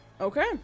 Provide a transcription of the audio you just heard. Okay